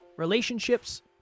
relationships